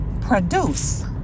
produce